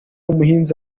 umuhinzi